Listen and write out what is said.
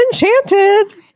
enchanted